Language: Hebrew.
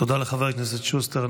תודה לחבר הכנסת שוסטר.